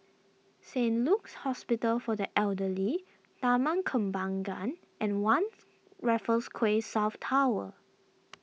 Saint Luke's Hospital for the Elderly Taman Kembangan and one Raffles Quay South Tower